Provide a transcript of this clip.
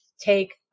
take